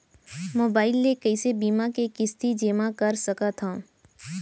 Mobile ले कइसे बीमा के किस्ती जेमा कर सकथव?